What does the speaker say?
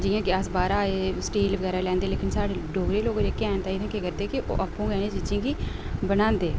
जियां के अस बाह्रा एह् स्टील बगैरा लैंदे लेकिन साढ़े डोगरे लोक जेह्के हैन तां एह् केह् करदे कू एह् आपुं गै इनें चीजें गी बनांदे